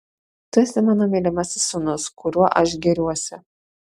tu esi mano mylimasis sūnus kuriuo aš gėriuosi